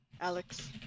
Alex